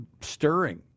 stirring